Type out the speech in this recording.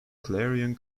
clarion